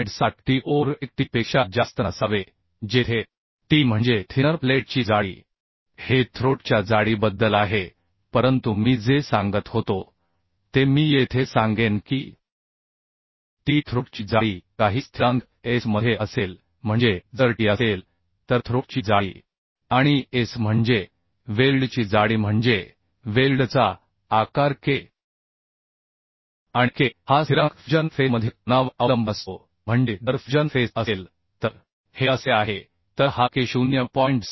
7t or 1t पेक्षा जास्त नसावे जेथे टी म्हणजे थिनर प्लेटची जाडी हे थ्रोट च्या जाडीबद्दल आहे परंतु मी जे सांगत होतो ते मी येथे सांगेन कीटी थ्रोट ची जाडी काही स्थिरांक S मध्ये असेल म्हणजे जर टी असेल तर थ्रोट ची जाडी आणि S म्हणजे वेल्डची जाडी म्हणजे वेल्डचा आकार K आणि K हा स्थिरांक फ्यूजन फेसमधील कोनावर अवलंबून असतो म्हणजे जर फ्यूजन फेस असेल तर हे असे आहे तर हा K 0